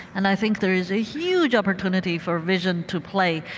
and i think there's a huge opportunity for vision to play.